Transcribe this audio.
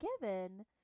given